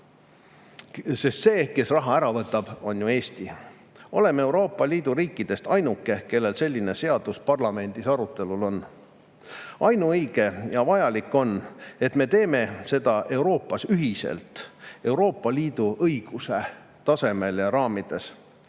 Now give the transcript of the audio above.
sest see, kes raha ära võtab, on ju Eesti. Me oleme Euroopa Liidu riikidest ainuke, kellel selline seadus parlamendis arutelul on. On ainuõige ja vajalik, et me teeksime seda Euroopas ühiselt Euroopa Liidu õiguse tasemel ja raamides.